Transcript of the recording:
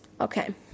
okay